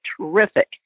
terrific